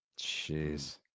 Jeez